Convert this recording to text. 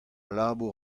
labour